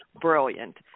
brilliant